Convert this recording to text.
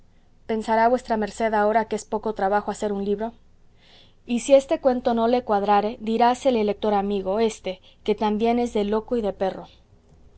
pensará vuestra merced ahora que es poco trabajo hacer un libro y si este cuento no le cuadrare dirásle lector amigo éste que también es de loco y de perro